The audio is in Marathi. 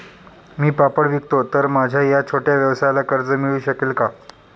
मी पापड विकतो तर माझ्या या छोट्या व्यवसायाला कर्ज मिळू शकेल का?